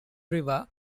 river